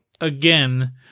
again